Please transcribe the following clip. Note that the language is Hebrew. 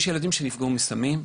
יש ילדים שנפגעו מסמים,